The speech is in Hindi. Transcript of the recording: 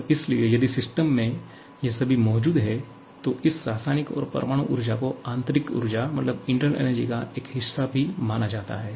और इसलिए यदि सिस्टम में ये सभी मौजूद हैं तो इस रासायनिक और परमाणु ऊर्जा को आंतरिक ऊर्जा का एक हिस्सा भी माना जाता है